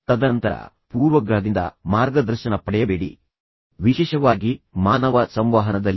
ತದನಂತರ ಪೂರ್ವಗ್ರಹದಿಂದ ಮಾರ್ಗದರ್ಶನ ಪಡೆಯಬೇಡಿ ವಿಶೇಷವಾಗಿ ಮಾನವ ಸಂವಹನದಲ್ಲಿ